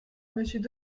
monsieur